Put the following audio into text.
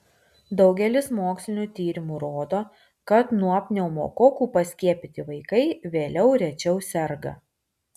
daugelis mokslinių tyrimų rodo kad nuo pneumokokų paskiepyti vaikai vėliau rečiau serga